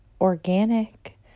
organic